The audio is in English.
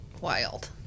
wild